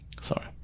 sorry